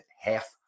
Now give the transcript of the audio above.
half